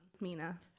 Mina